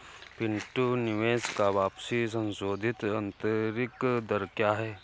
पिंटू निवेश का वापसी संशोधित आंतरिक दर क्या है?